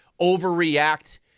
overreact